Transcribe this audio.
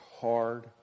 hard